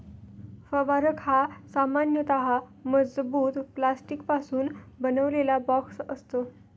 फवारक हा सामान्यतः मजबूत प्लास्टिकपासून बनवलेला बॉक्स असतो